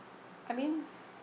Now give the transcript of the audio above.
I mean